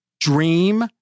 dream